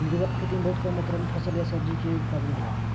निर्वाह खेती में बहुत कम मात्र में फसल या सब्जी कअ उत्पादन होला